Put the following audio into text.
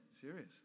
serious